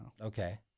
Okay